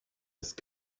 ist